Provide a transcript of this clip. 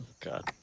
God